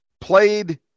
played